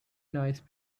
nice